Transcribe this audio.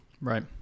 right